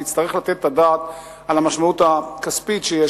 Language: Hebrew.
תצטרך לתת את הדעת על המשמעות הכספית שיש